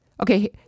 Okay